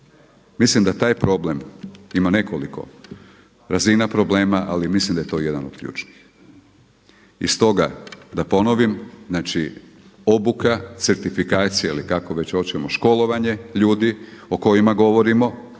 Mislim da taj problem ima nekoliko razina problema ali mislim da je to jedan od ključnih. I stoga da ponovim, znači obuka, certifikacija ili kako već hoćemo školovanje ljudi o kojima govorimo